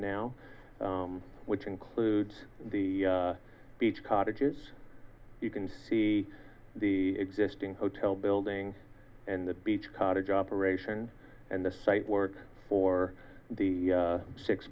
now which includes the beach cottages you can see the existing hotel building and the beach cottage operation and the site work for the